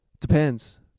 Depends